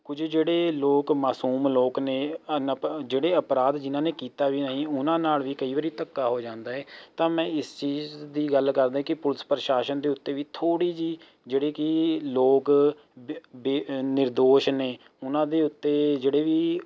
ਕੁਝ ਜਿਹੜੇ ਲੋਕ ਮਾਸੂਮ ਲੋਕ ਨੇ ਅਨਪ ਜਿਹੜੇ ਅਪਰਾਧ ਜਿਹਨਾਂ ਨੇ ਕੀਤਾ ਵੀ ਨਹੀਂ ਉਹਨਾਂ ਨਾਲ ਵੀ ਕਈ ਵਾਰੀ ਧੱਕਾ ਹੋ ਜਾਂਦਾ ਹੈ ਤਾਂ ਮੈਂ ਇਸ ਚੀਜ਼ ਦੀ ਗੱਲ ਕਰਦੇ ਹਾਂ ਕਿ ਪੁਲਿਸ ਪ੍ਰਸ਼ਾਸਨ ਦੇ ਉੱਤੇ ਵੀ ਥੋੜ੍ਹੀ ਜਿਹੀ ਜਿਹੜੀ ਕਿ ਲੋਕ ਬ ਬੇ ਨਿਰਦੋਸ਼ ਨੇ ਉਹਨਾਂ ਦੇ ਉੱਤੇ ਜਿਹੜੇ ਵੀ